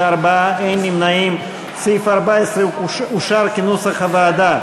רע"ם-תע"ל-מד"ע לא התקבלה.